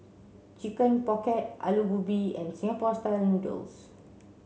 chicken pocket Aloo Gobi and Singapore style noodles